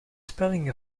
spelling